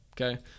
Okay